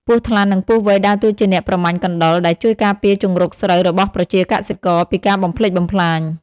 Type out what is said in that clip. ពស់ថ្លាន់ និងពស់វែក ដើរតួជាអ្នកប្រមាញ់កណ្ដុរ ដែលជួយការពារជង្រុកស្រូវរបស់ប្រជាកសិករពីការបំផ្លិចបំផ្លាញ។